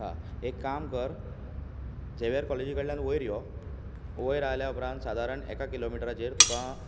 हां एक काम कर जेवियर कॉलेजी कडल्यान वयर यो वयर आयल्या उपरांत सादारण एका किलोमिटराचेर तुका